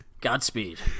godspeed